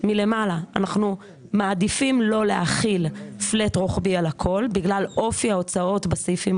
מוכנה ללכת גם קצת יותר רחוק בעניין ההסתייגויות.